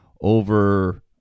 over